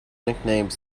nickname